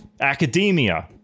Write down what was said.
academia